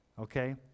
Okay